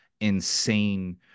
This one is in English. insane